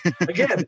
Again